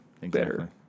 better